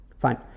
Fine